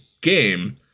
game